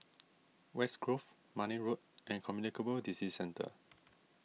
West Grove Marne Road and Communicable Disease Centre